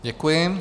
Děkuji.